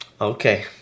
okay